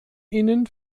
ihnen